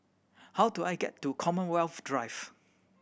how do I get to Commonwealth Drive